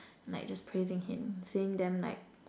like just praising him seeing them like